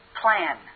plan